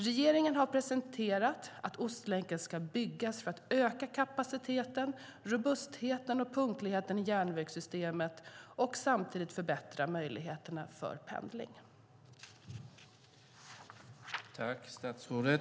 Regeringen har presenterat att Ostlänken ska byggas för att öka kapaciteten, robustheten och punktligheten i järnvägssystemet och samtidigt förbättra möjligheterna för pendling. Då Stina Bergström, som framställt interpellationen, anmält att hon var förhindrad att närvara vid sammanträdet medgav tredje vice talmannen att Annika Lillemets i stället fick delta i överläggningen.